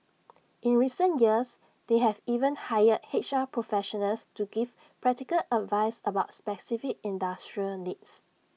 in recent years they have even hired H R professionals to give practical advice about specific industry needs